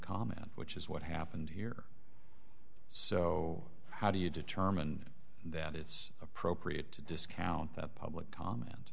comment which is what happened here so how do you determine that it's appropriate to discount that public comment